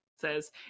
says